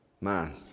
Man